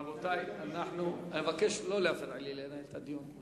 רבותי, אני מבקש לא להפריע לי לנהל את הדיון.